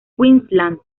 queensland